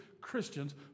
Christians